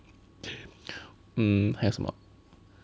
mm 还有什么